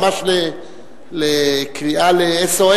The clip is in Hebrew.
ממש קריאה ל-SOS,